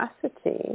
capacity